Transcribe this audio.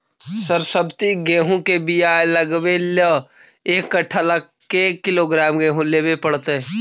सरबति गेहूँ के बियाह लगबे ल एक कट्ठा ल के किलोग्राम गेहूं लेबे पड़तै?